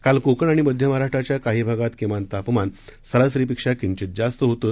काल कोकण आणि मध्य महाराष्ट्राच्या काही भागात किमान तापमान सरासरीपेक्षा किंचित जास्त होतं